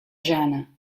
jana